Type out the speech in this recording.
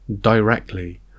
directly